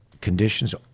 conditions